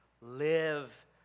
live